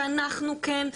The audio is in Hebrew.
שאנחנו כן,